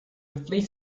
fleece